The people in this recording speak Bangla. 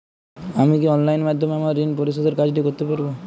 আমি কি অনলাইন মাধ্যমে আমার ঋণ পরিশোধের কাজটি করতে পারব?